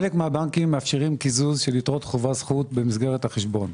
חלק מהבנקים מאפשרים קיזוז של יתרות חובה זכות במסגרת החשבון.